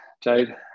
Jade